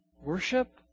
Worship